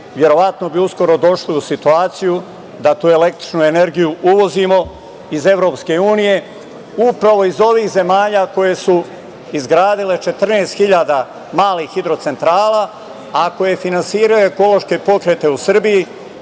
Verovatno bi uskoro došli u situaciju da tu električnu energiju uvozimo iz EU, upravo iz ovih zemalja koje su izgradile 14.000 malih hidrocentrala, a koje finansiraju ekološke pokrete u Srbiji